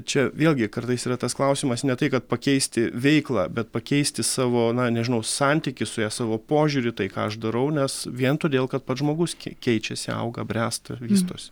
čia vėlgi kartais yra tas klausimas ne tai kad pakeisti veiklą bet pakeisti savo na nežinau santykį su ja savo požiūrį į tai ką aš darau nes vien todėl kad pats žmogus kiek keičiasi auga bręsta vystosi